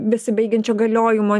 besibaigiančio galiojimo